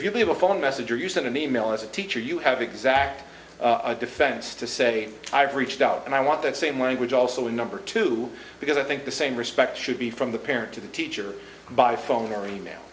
if you leave a phone message or you send an email as a teacher you have exact defense to say i have reached out and i want that same language also in number two because i think the same respect should be from the parent to the teacher by phone or email